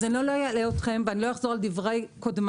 אז אני לא אלאה אתכם ואני לא אחזור על דברי קודמיי.